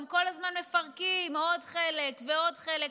הם כל הזמן מפרקים עוד חלק ועוד חלק.